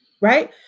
Right